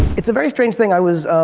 it's a very strange thing. i was